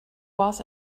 was